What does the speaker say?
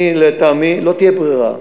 לטעמי לא תהיה ברירה.